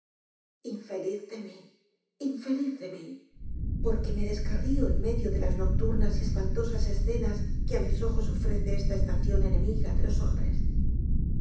infeliz de mí infeliz de mí porque me descarrio en medio de b s nocturnas y espantosas escenas que á mis ojos ofrece esta estación enemiga de los hombres